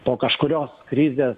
po kažkurios krizės